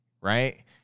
right